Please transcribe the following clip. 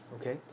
okay